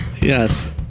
Yes